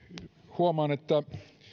huomaan että